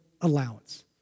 allowance